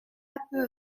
hebben